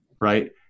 right